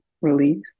release